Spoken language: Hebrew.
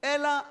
אלא